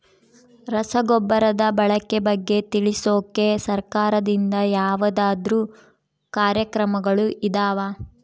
ರಸಗೊಬ್ಬರದ ಬಳಕೆ ಬಗ್ಗೆ ತಿಳಿಸೊಕೆ ಸರಕಾರದಿಂದ ಯಾವದಾದ್ರು ಕಾರ್ಯಕ್ರಮಗಳು ಇದಾವ?